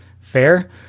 fair